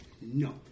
No